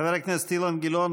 חבר הכנסת אילן גילאון,